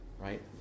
Right